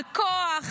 על כוח,